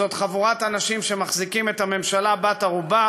שזאת חבורת אנשים שמחזיקה את הממשלה בת-ערובה